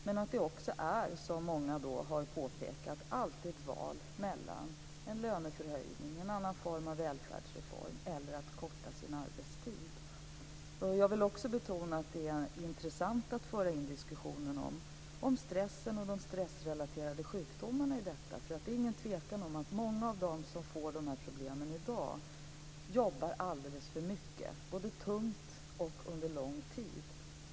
Men det är alltid, som många har påpekat, ett val mellan en löneförhöjning, en annan form av välfärdsreform och att korta sin arbetstid. Jag vill också betona att det intressanta är att föra in diskussionen om stressen och om de stressrelaterade sjukdomarna i detta. Det är ingen tvekan om att många av dem som får de här problemen i dag jobbar alldeles för mycket, både tungt och under en lång tid.